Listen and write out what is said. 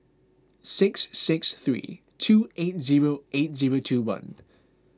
six six three two eight zero eight zero two one